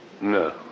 No